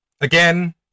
Again